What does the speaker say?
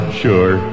sure